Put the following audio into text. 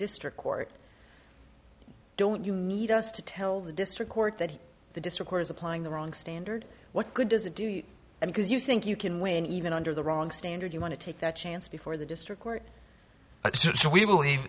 district court don't you need us to tell the district court that the district is applying the wrong standard what good does it do you because you think you can win even under the wrong standard you want to take that chance before the district court so we believe